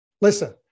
Listen